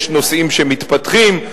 יש נושאים שמתפתחים,